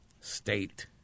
state